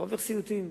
אתה עובר סיוטים.